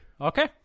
Okay